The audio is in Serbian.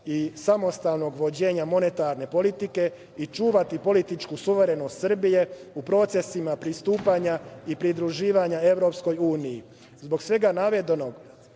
i samostalnog vođenja monetarne politike i čuvati političku suverenost Srbije u procesima pristupanja i pridruživanja EU. Zbog svega napred